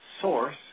Source